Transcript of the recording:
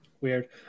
Weird